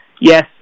Yes